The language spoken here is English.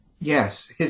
Yes